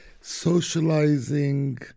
socializing